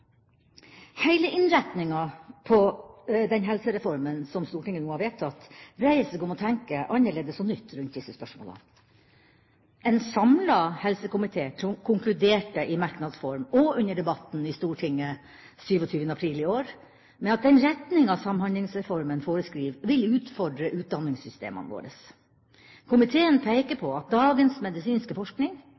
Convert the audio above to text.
Heile innretninga på den helsereformen som Stortinget nå har vedtatt, dreier seg om å tenke annerledes og nytt rundt disse spørsmålene. En samlet helsekomité konkluderte i merknadsform og under debatten i Stortinget 27. april i år med at den retninga Samhandlingsreformen foreskriver, vil utfordre utdanningssystemene våre. Komiteen peker på at dagens medisinske forskning,